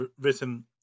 written